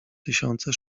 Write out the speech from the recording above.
tysiące